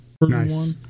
Nice